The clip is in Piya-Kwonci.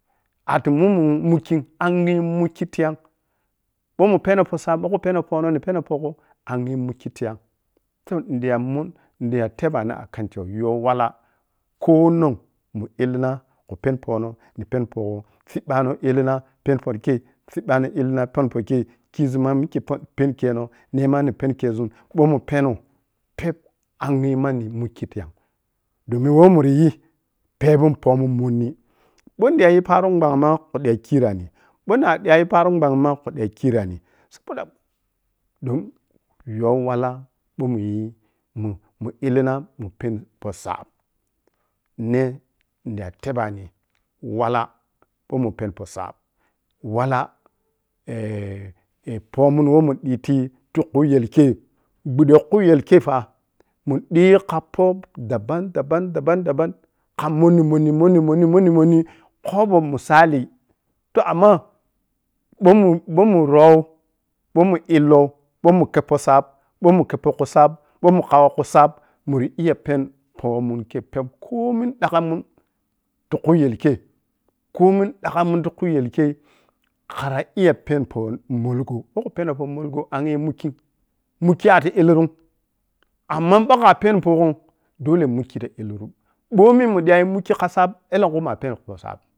Ati mum-mun mukkim angyi min mukki tiyam ɓou mun pɛno pohgho angyi mukki tiyam toh nidi ta muni nidiya tebani akan cewa youwala ko-onong mun illina khu peni pohno ni peni pohgho siɓɓani illina pɛni poh kai, kizunma mikka poh pɛni kenoi ne ma ni pɛni kezun bou mu pɛnou pep angyi manni mukki tigwon domin wuh muri yii pɛponun pohmun monni ɓou ndiyayi paro min gbangin ma khu di ta khira ni bou na diga ta nap aro min gbanag ma khu di ta khira ni saboda don youwala bou munyi, mun-muniillina mun pɛni poh sab nne niƌa tebani wala woh mun peni poh sab wala poh mun woh mundibii tukkhyel kei ɓudde khuyel kei fa mun ƌigi kha poh dabam dabam-dabam-dabam kha monni-monni monni-monni-monni-monni khobo misali toh amma ɓou boumun rrou ɓou mun illou, bou mun khebpo sab, ɓou mun khebpo khu sab khau khu sab mura iya penni weh woh munyigi kei pɛp komin ƌagham mun tukhu yelkei, komun dagham mun tu khu yel kei khana iya peni poh molguo ɓou khu pɛni poh molgwo angyi mulkim, mikki ari illurum amman ɓakha pɛni khugwo dole mokki ta illuru ɓomi mun diya angyi mukki kha sabmun ellen khui muna pɛnipoh sabi.